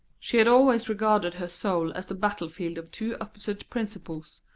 she had always regarded her soul as the battlefield of two opposite principles,